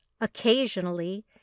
Occasionally